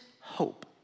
hope